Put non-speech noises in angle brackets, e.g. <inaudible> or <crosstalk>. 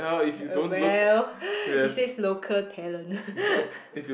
uh well <breath> it says local talent <laughs>